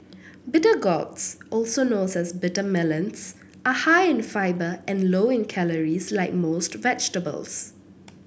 bitter gourds also known as bitter melons are high in fibre and low in calories like most vegetables